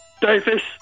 Davis